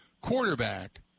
quarterback